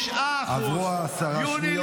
9%. עברו עשר השניות שהייתי חייב לך.